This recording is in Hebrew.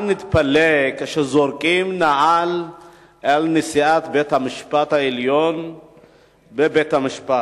אל נתפלא כשזורקים נעל על נשיאת בית-המשפט העליון בבית-המשפט.